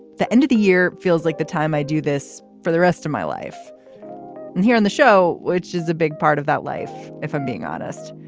the end of the year feels like the time i do this for the rest of my life and here on the show, which is a big part of that life. if i'm being honest,